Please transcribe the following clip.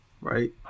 Right